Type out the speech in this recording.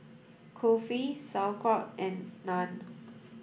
Kulfi Sauerkraut and Naan